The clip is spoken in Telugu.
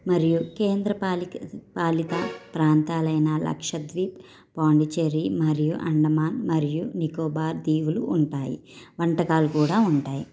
మరియు కేంద్ర పాలిక పాలిత ప్రాంతాలైన లక్షద్వీప్ పాండిచ్చేరి మరియు అండమాన్ మరియు నికోబార్ దీవులు ఉంటాయి వంటకాలు కూడా ఉంటాయి